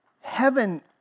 heaven